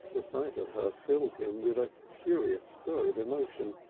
the sight of her filled him with a curious stir of emotion.